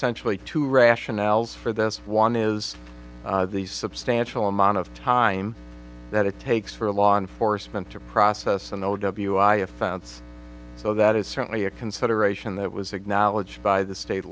essentially two rationales for this one is the substantial amount of time that it takes for law enforcement to process and o w i offense so that is certainly a consideration that was acknowledged by the state